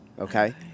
Okay